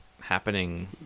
happening